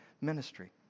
ministry